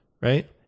right